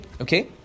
okay